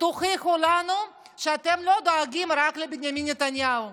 תוכיחו לנו שאתם לא דואגים רק לבנימין נתניהו,